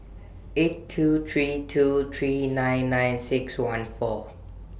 eight two three two three nine nine six one four